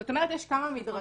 זאת אומרת, יש כמה מדרגים.